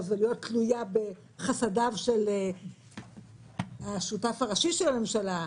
ולהיות תלויה בחסדיו של השותף הראשי של הממשלה,